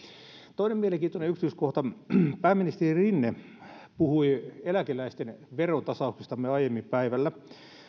toinen mielenkiintoinen yksityiskohta pääministeri rinne puhui eläkeläisten verotasauksestamme aiemmin päivällä